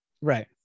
Right